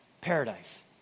paradise